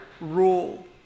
rule